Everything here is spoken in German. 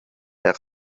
der